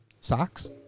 Socks